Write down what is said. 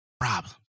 problem